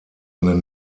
eine